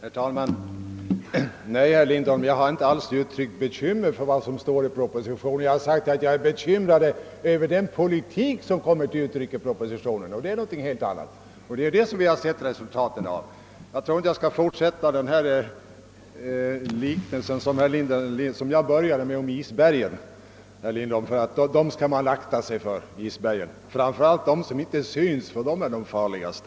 Herr talman! Nej, herr Lindholm, jag har inte alls sagt att jag är bekymrad över vad som står i propositionen. Jag har sagt att jag är bekymrad över den politik som kommer till uttryck i propositionen — och det är någonting annat. Det är resultaten av denna politik som vi nu har sett. Jag vill inte fortsätta liknelsen om isbergen, som jag började med, herr Lindholm. Man skall akta sig för isberg, framför allt för den del som inte syns, ty den är farligast.